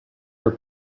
her